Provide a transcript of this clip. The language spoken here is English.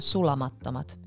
Sulamattomat